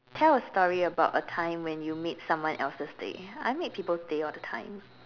tell a story about a time when you made someone else's day I made people's day all the time